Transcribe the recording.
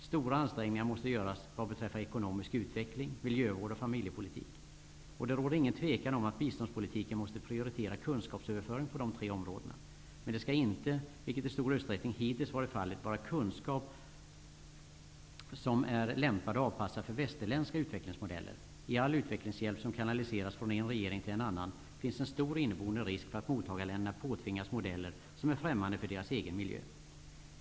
Stora ansträngningar måste göras vad beträffar ekonomisk utveckling, miljövård och familjepolitik. Det råder inget tvivel om att biståndspolitiken måste prioritera kunskapsöverföring på dessa tre områden. Men det skall inte -- vilket i stor utsträckning hittills varit fallet -- vara kunskap som är lämpad och avpassad för västerländska utvecklingsmodeller. I all utvecklingshjälp som kanaliseras från en regering till en annan finns en stor inneboende risk för att mottagarländerna påtvingas modeller som är främmande för deras egen miljö.